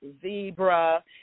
zebra